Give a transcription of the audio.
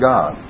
God